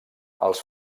els